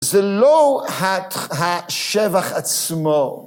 זה לא השבח עצמו.